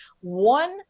one